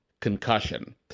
concussion